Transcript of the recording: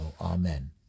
Amen